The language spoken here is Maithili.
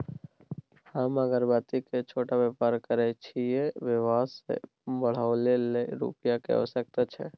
हम अगरबत्ती के छोट व्यापार करै छियै व्यवसाय बढाबै लै रुपिया के आवश्यकता छै?